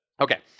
okay